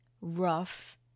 rough